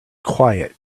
quiet